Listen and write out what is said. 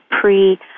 pre